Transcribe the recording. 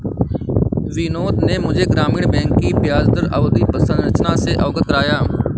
बिनोद ने मुझे ग्रामीण बैंक की ब्याजदर अवधि संरचना से अवगत कराया